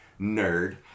Nerd